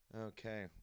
Okay